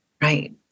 right